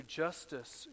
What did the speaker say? justice